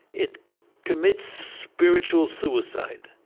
it commits spiritual suicide.